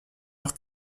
auch